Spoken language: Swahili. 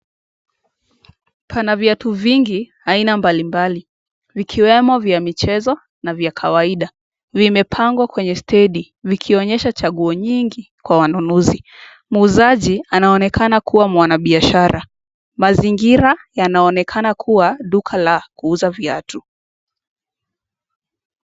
Pana viatu vingi aina mbali mbali, vikiwemo vya michezo na vya kawaida. Vimepangwa kwenye stedi vikionyesha chaguo nyingi kwa wanunuzi. Muuzaji anaonekana kuwa mwanabiashara. Mazingira yanaonekana kuwa duka la kuuza viatu.